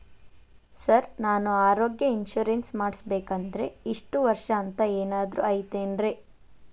Sir ನಾನು ಆರೋಗ್ಯ insurance ಮಾಡಿಸ್ಬೇಕಂದ್ರೆ ಇಷ್ಟ ವರ್ಷ ಅಂಥ ಏನಾದ್ರು ಐತೇನ್ರೇ?